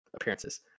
appearances